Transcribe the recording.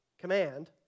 command